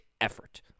effort